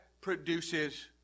produces